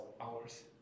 Hours